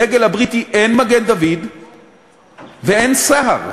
בדגל הבריטי אין מגן-דוד ואין סהר,